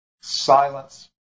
Silence